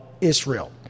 Israel